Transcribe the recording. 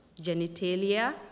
genitalia